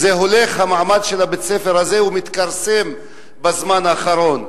המעמד של בית-הספר הזה הולך ומתכרסם בזמן האחרון.